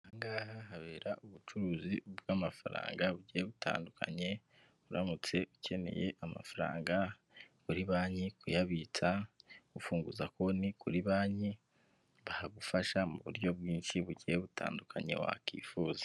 Ahangaha habera ubucuruzi bw'amafaranga bugiye butandukanye uramutse ukeneye amafaranga muri banki kuyabitsa, gufunguza konti kuri banki bagufasha mu buryo bwinshi bugiye butandukanye wakifuza.